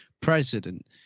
president